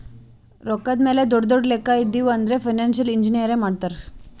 ರೊಕ್ಕಾದ್ ಮ್ಯಾಲ ದೊಡ್ಡು ದೊಡ್ಡು ಲೆಕ್ಕಾ ಇದ್ದಿವ್ ಅಂದುರ್ ಫೈನಾನ್ಸಿಯಲ್ ಇಂಜಿನಿಯರೇ ಮಾಡ್ತಾರ್